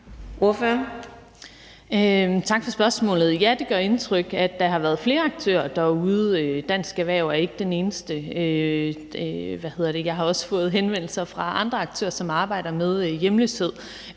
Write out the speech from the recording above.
Tak for spørgsmålet. Ja, det gør indtryk, at der har været flere aktører derude. Dansk Erhverv er ikke den eneste. Jeg har også fået henvendelser fra andre aktører, som arbejder med hjemløshed,